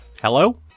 Hello